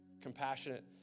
compassionate